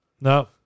No